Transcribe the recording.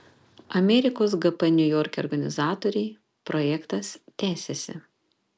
amerikos gp niujorke organizatoriai projektas tęsiasi